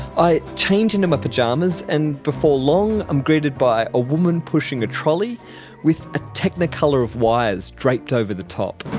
i change into my pyjamas and before long i'm greeted by a woman pushing a trolley with a technicolour of wires draped over the top.